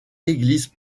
église